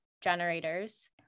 generators